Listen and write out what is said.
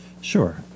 Sure